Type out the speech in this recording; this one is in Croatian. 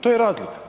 To je razlika.